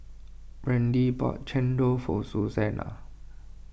Brandie bought Chendol for Suzanna